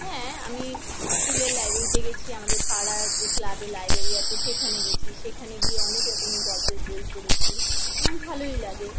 হ্যাঁ আমি স্কুলের লাইব্রেরিতে গিয়েছি আমাদের পাড়ার যে ক্লাবে লাইব্রেরি আছে সেখানে গিয়েছি সেখানে গিয়ে অনেক রকমের গল্পের বই পড়েছি আমার ভালোই লাগে